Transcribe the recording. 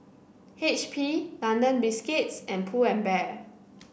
H P London Biscuits and Pull and Bear